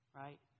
right